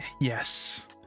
yes